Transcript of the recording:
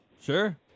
sure